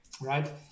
right